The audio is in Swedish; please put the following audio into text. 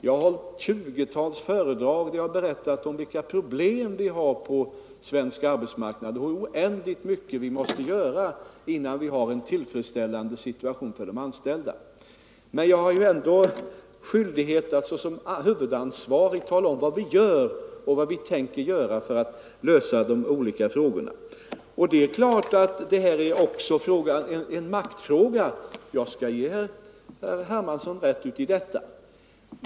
Jag har hållit många föredrag, där jag berättat om vilka problem vi har på svensk arbetsmarknad och hur oändligt mycket vi måste göra innan vi uppnår en tillfredsställande situation för de anställda, men jag har ändå skyldighet att såsom huvudansvarig tala om vad vi gör och vad vi tänker göra för att lösa de olika problemen. Det är klart att detta också är en maktfråga; jag skall ge herr Hermansson rätt i det.